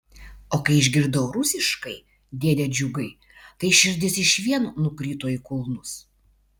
o kai išgirdau rusiškai dėde džiugai tai širdis išvien nukrito į kulnus